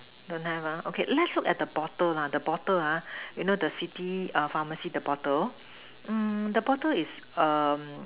don't have ah okay let's look at the bottle lah the bottle ha you know the city err pharmacy the bottle mm the bottle is err